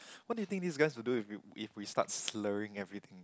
what do you think this guy will do if we if we start slurring everything